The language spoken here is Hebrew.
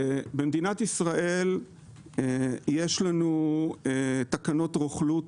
במדינת ישראל יש לנו תקנות רוכלות